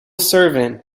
servant